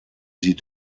sie